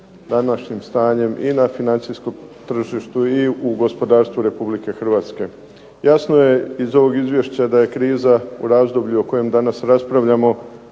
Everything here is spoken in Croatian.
današnjim stanjem i na financijskom tržištu i u gospodarstvu Republike Hrvatske. Jasno je iz ovog izvješća da je kriza u razdoblju o kojem danas raspravljamo